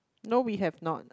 no we have not